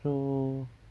so